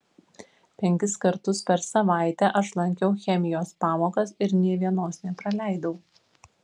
penkis kartus per savaitę aš lankiau chemijos pamokas ir nė vienos nepraleidau